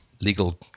legal